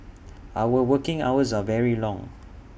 our working hours are very long